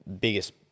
biggest